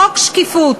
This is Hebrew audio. חוק שקיפות,